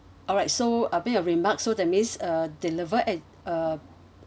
alright so a bit of remarks so that means uh deliver at uh